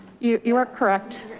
you are correct.